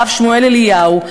הרב שמואל אליהו,